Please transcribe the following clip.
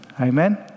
Amen